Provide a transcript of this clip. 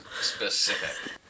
specific